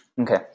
okay